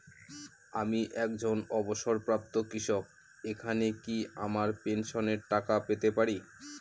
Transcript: আমি একজন অবসরপ্রাপ্ত শিক্ষক এখানে কি আমার পেনশনের টাকা পেতে পারি?